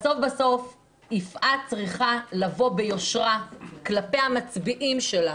יפעת צריכה לבוא ביושרה כלפי המצביעים שלה,